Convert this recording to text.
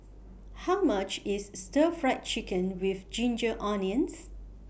How much IS Stir Fried Chicken with Ginger Onions